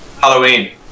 Halloween